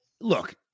Look